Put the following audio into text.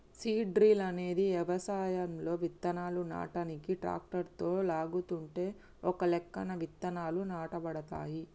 seed drill అనేది వ్యవసాయంలో విత్తనాలు నాటనీకి ట్రాక్టరుతో లాగుతుంటే ఒకలెక్కన విత్తనాలు నాటబడతాయి